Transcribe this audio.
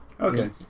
Okay